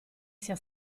sia